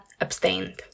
abstained